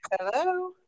Hello